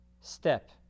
step